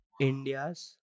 India's